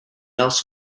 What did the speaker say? else